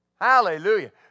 Hallelujah